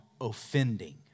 offending